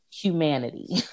humanity